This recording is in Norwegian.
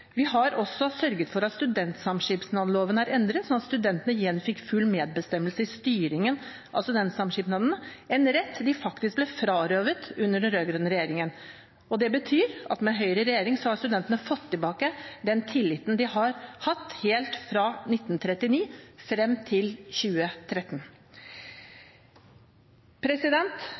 Vi har også sørget for at studentsamskipnadsloven er endret, sånn at studentene igjen fikk full medbestemmelse i styringen av studentsamskipnadene, en rett de faktisk ble frarøvet under den rød-grønne regjeringen. Det betyr at med Høyre i regjering har studentene fått tilbake den tilliten de hadde hatt helt fra 1939 frem til 2013.